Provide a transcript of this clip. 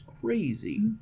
crazy